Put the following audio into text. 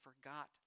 forgot